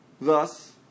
Thus